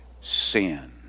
Sin